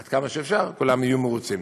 עד כמה שאפשר, כולם יהיו מרוצים.